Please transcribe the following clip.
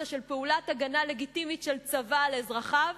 של פעולת הגנה לגיטימית של צבא על אזרחיו,